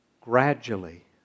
Gradually